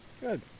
Good